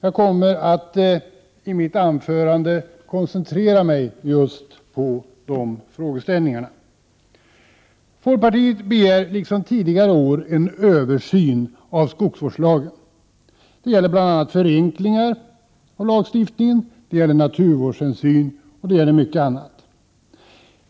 I mitt anförande kommer jag att koncentrera mig just på dessa frågeställningar. Folkpartiet begär, liksom tidigare år, en översyn av skogsvårdslagen. Det gäller förenklingar av lagstiftningen, det gäller naturvårdshänsyn och mycket annat.